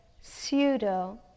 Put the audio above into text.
pseudo